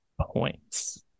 points